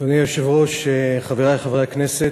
אדוני היושב-ראש, חברי חברי הכנסת,